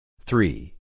Three